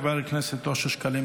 חבר הכנסת אושר שקלים,